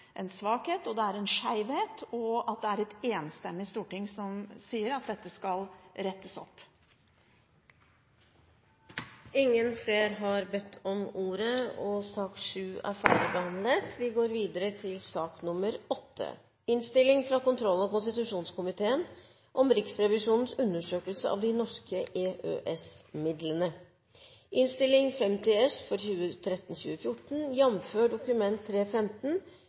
svakhet, en skjevhet, og at det er et enstemmig storting som sier at dette skal rettes opp. Flere har ikke bedt om ordet til sak nr. 7. Riksrevisjonens undersøkelse av de norske EØS-midlene omfatter planleggingen og gjennomføringen av EØS-finansieringsordningene for perioden 2004–2009 og